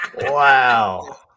Wow